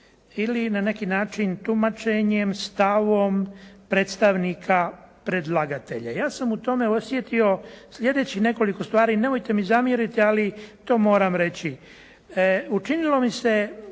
ili na neki način tumačenjem, stavom predstavnika predlagatelja. Ja sam u tome osjetio sljedećih nekoliko stvari, nemojte mi zamjeriti, ali to moram reći. Učinilo mi se